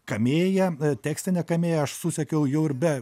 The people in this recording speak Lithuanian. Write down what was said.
kamėją tekstinę kamėją aš susekiau jau ir be